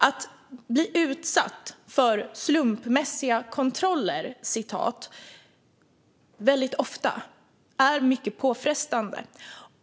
Att bli utsatt för "slumpmässiga kontroller" väldigt ofta är mycket påfrestande.